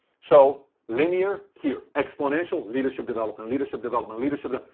so linear, here, exponential, leadership development, leadership development, leadership